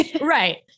right